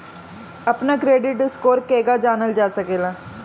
अपना credit score केगा जानल जा सकेला?